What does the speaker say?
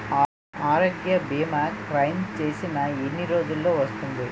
ఆరోగ్య భీమా క్లైమ్ చేసిన ఎన్ని రోజ్జులో వస్తుంది?